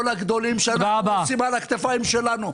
הגדולים שאנחנו נושאים על הכתפיים שלנו.